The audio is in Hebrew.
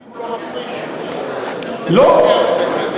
הוא לא עובר על החוק אם הוא לא מפריש?